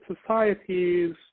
societies